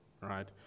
right